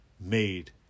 made